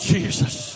Jesus